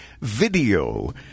video